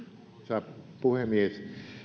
arvoisa puhemies